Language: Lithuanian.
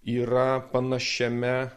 yra panašiame